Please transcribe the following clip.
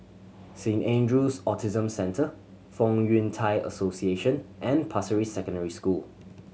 Saint Andrew's Autism Centre Fong Yun Thai Association and Pasir Ris Secondary School